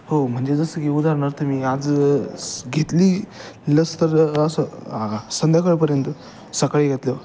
हो म्हणजे जसं की उदाहरणार्थ मी आज घेतली लस तर असं आ संध्याकाळपर्यंत सकाळी घेतल्यावर